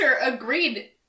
Agreed